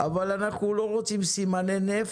אבל אנחנו לא רוצים סימני נפט,